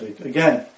again